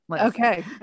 Okay